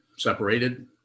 Separated